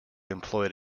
employed